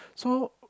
so